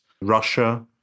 Russia